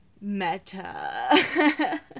Meta